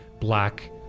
black